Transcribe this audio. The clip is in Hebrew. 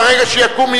ברגע שיקום,